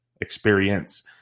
experience